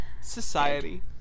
Society